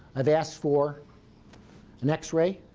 i've asked for an x-ray.